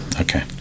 Okay